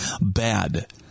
bad